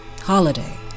Holiday